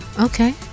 Okay